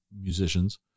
musicians